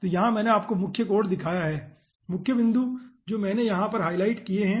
तो यहां मैंने आपको मुख्य कोड दिखाया है मुख्य बिंदु जो मैंने यहां पर हाइलाइट किए हैं